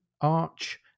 arch